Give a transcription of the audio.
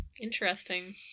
Interesting